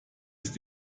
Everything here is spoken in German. ist